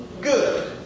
good